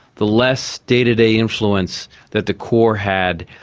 the less day-to-day influence that the core had.